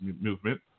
Movement